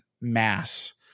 mass